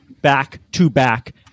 back-to-back